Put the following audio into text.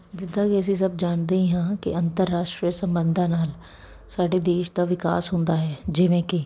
ਜਿੱਦਾਂ ਕਿ ਅਸੀਂ ਸਭ ਜਾਣਦੇ ਹੀ ਹਾਂ ਕਿ ਅੰਤਰਰਾਸ਼ਟਰੀ ਸੰਬੰਧਾਂ ਨਾਲ ਸਾਡੇ ਦੇਸ਼ ਦਾ ਵਿਕਾਸ ਹੁੰਦਾ ਹੈ ਜਿਵੇਂ ਕਿ